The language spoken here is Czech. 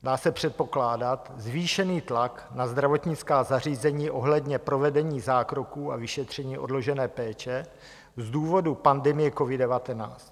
Dá se předpokládat zvýšený tlak na zdravotnická zařízení ohledně provedení zákroků a vyšetření odložené péče z důvodu pandemie covid19.